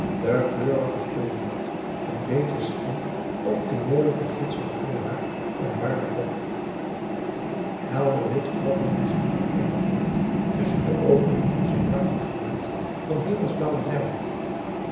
den kleurigen tulband n beetje scheef op den mooien van gitzwart krulhaar ombaarden kop helder wit fladderde zijn lang onderkleed tusschen de opening van zijn ruischend gewaad van hemelsblauwe zijde